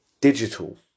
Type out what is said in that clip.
digital